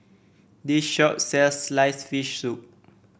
this shop sells sliced fish soup